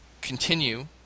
continue